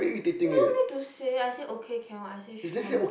what you want me to say I say okay can what I say sure